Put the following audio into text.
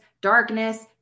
darkness